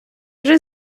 вже